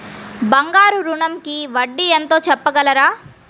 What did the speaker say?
బంగారు ఋణంకి వడ్డీ ఎంతో చెప్పగలరా?